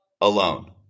Alone